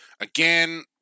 Again